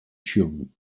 cheung